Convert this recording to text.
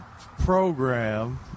program